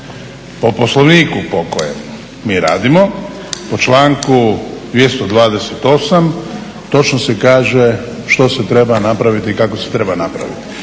Po Poslovniku po kojem mi radimo po članku 228. točno se kaže što se treba napraviti i kako se treba napraviti.